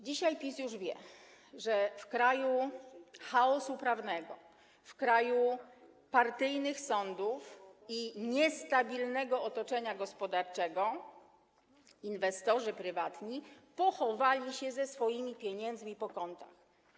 Dzisiaj PiS już wie, że w kraju chaosu prawnego, w kraju partyjnych sądów i niestabilnego otoczenia gospodarczego inwestorzy prywatni pochowali się ze swoimi pieniędzmi po kątach.